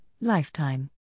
lifetime